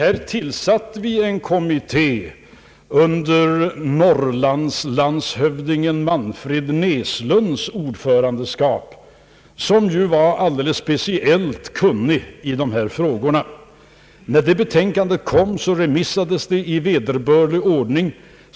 Vi tillsatte en kommitté under ordförandeskap av Norrlandslandshövdingen Manfred Näslund, som var alldeles speciellt kunnig i dessa frågor. När betänkandet kom remissades det i vederbörlig ordnirg.